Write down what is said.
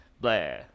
blah